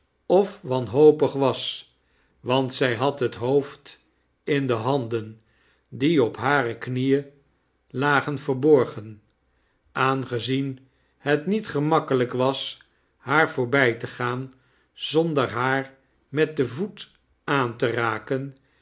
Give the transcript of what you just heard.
of wanhopig was want zij had het hoofd in de handen die op hare i knieen lagen verborgen aangezien het niet gemakkelijk was haar voorbfj te gaan zonder haar met den voet aan te raken